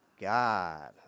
God